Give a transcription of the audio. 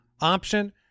option